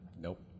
Nope